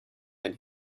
than